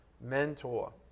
mentor